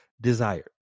desired